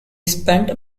spent